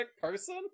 person